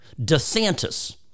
Desantis